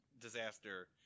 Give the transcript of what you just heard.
disaster